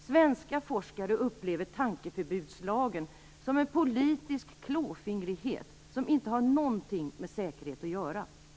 Svenska forskare upplever tankeförbudslagen som en politisk klåfingrighet som inte har någonting med säkerhet att göra.